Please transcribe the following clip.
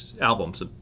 albums